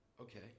Okay